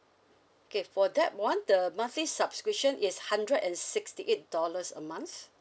okay for that [one] the monthly subscription is hundred and sixty eight dollars a month